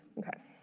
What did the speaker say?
okay